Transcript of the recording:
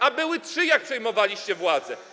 A były trzy, jak przejmowaliście władzę.